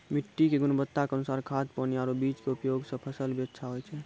मिट्टी के गुणवत्ता के अनुसार खाद, पानी आरो बीज के उपयोग सॅ फसल भी अच्छा होय छै